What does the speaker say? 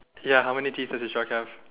ya how many pieces does yours have